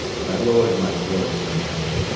but i lowered my flourishing hand.